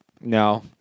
No